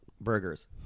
burgers